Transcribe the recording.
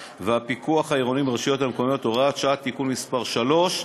והפיקוח העירוניים ברשויות המקומיות (הוראת שעה) (תיקון מס' 3),